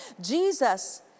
Jesus